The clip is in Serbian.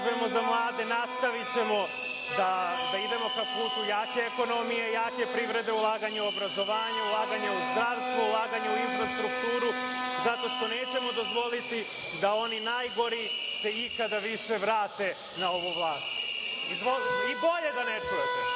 se zalažemo za mlade i nastavićemo da idemo ka putu jake ekonomije i jake privrede, ulaganja u obrazovanje, ulaganja u zdravstvo, u infrastrukturu, zato što nećemo dozvoliti da oni najgori se ikada više vrate na ovu vlast.I bolje da ne čujete.